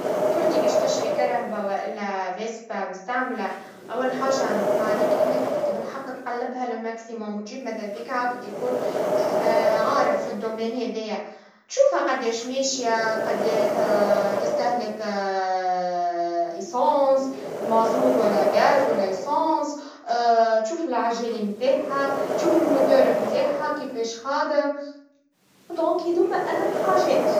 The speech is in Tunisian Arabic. شو انت كاش تشري كرهبا, وإلا فيسبا مستعملا, أول حاجا معليك إنك بالحق تقلبها للحد الأقصى, وتجيب ماذا بيك عبد يكون عارف في المجال هذايا, تشوفها قديش ماشيا, قديه تستهلك وقود, مازوت ولا جاز ولا بنزين, تشوف العجلا متاعها, تشوف الموتور متاعها, كيفاش خادم, إذا هادوما أهم حاجات.